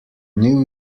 new